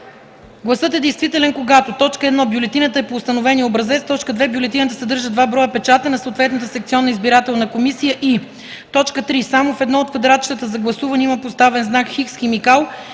Гласът е действителен, когато: 1. бюлетината е по установения образец; 2. бюлетината съдържа два броя печата на съответната секционна избирателна комисия, и 3. само в едно от квадратчетата за гласуване има поставен знак „Х”